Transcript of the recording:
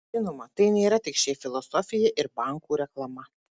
žinoma tai nėra tik šiaip filosofija ir bankų reklama